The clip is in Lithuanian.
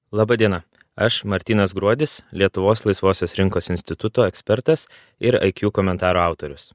laba diena aš martynas gruodis lietuvos laisvosios rinkos instituto ekspertas ir aikjū komentaro autorius